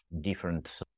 different